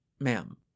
ma'am